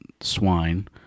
swine